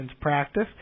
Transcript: Practice